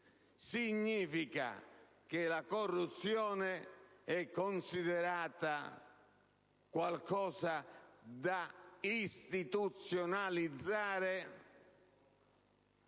significa che la corruzione è considerata qualcosa da istituzionalizzare,